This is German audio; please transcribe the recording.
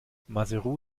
maseru